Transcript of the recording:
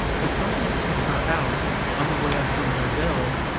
but something had put her out on the way up from deauville,